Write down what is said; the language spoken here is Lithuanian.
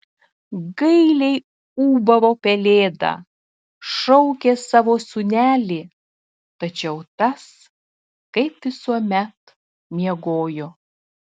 gailiai ūbavo pelėda šaukė savo sūnelį tačiau tas kaip visuomet miegojo